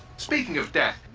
speaking of death,